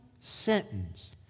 sentence